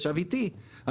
שישב אתי לפני עשרה חודשים,